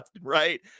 right